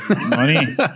money